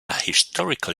historical